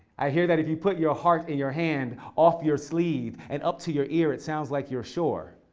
i hear that if you put your heart in your hand off your sleeve and up to your ear, it sounds like you're sure.